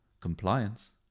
Compliance